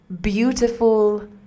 beautiful